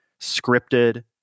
scripted